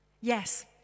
Yes